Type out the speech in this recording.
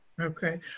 Okay